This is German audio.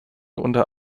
unter